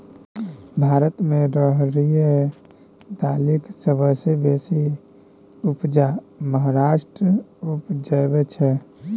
भारत मे राहरि दालिक सबसँ बेसी उपजा महाराष्ट्र उपजाबै छै